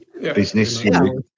business